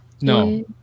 No